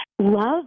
love